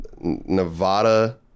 Nevada